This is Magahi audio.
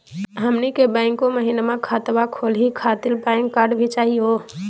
हमनी के बैंको महिना खतवा खोलही खातीर पैन कार्ड भी चाहियो?